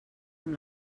amb